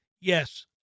Yes